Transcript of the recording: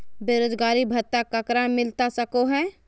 बेरोजगारी भत्ता ककरा मिलता सको है?